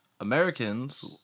Americans